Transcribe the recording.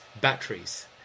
batteries